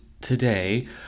today